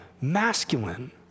masculine